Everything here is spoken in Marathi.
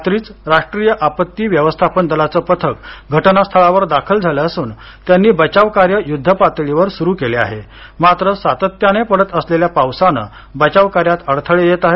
रात्रीच राष्ट्रीय आपत्ती व्यवस्थापन दलाचं पथक घटनास्थळावर दाखल झाले असून त्यांनी बचाव कार्य युद्धपातळीवर सुरू केले आहे मात्र सातत्याने पडत असलेल्या पावसानं बचाव कार्यात अडथळे येत आहेत